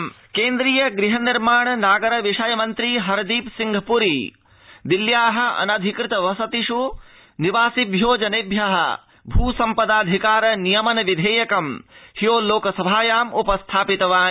ब्रोकसभाअनिधिकतवसतिः केन्द्रीय ग़हनिर्माण नागर विषय मन्द्री हरदीप सिंह प्री दिल्ल्याः अनधिकृत वसतिष् निवासिभ्यो जनेभ्यः भूसम्पदाधिकार नियमन विधेयकं हयो लोकसभायाम् उपस्थापितवान्